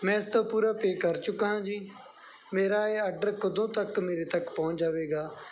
ਮੈਂ ਇਸ ਦਾ ਪੂਰਾ ਪੇਅ ਕਰ ਚੁੱਕਾ ਹਾਂ ਜੀ ਮੇਰਾ ਇਹ ਆਰਡਰ ਕਦੋਂ ਤੱਕ ਮੇਰੇ ਤੱਕ ਪਹੁੰਚ ਜਾਵੇਗਾ